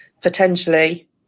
potentially